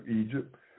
Egypt